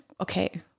Okay